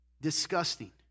disgusting